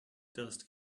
dust